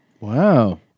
wow